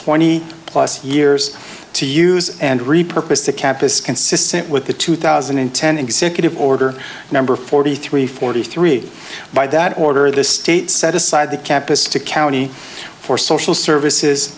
twenty plus years to use and repurposed a campus consistent with the two thousand and ten executive order number forty three forty three by that order the state set aside the campus to county for social services